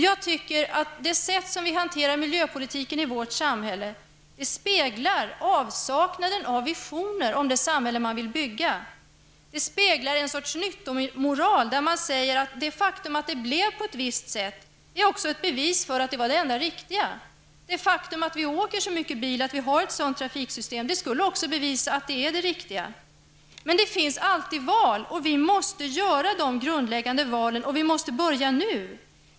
Jag tycker att det sätt som vi hanterar miljöpolitiken på i vårt samhälle speglar avsaknaden av visioner av det samhälle man vill bygga. Det speglar en sorts nyttomoral, där man säger att det faktum att det blev på ett visst sätt också är ett bevis på att det var det enda riktiga. Det faktum att vi åker så mycket bil, att vi har ett sådant trafiksystem, skulle också bevisa att det är det riktiga. Men det finns alltid val. Vi måste göra de grundläggande valen och vi måste börja nu.